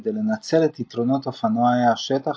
כדי לנצל את יתרונות אופנועי השטח,